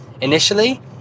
initially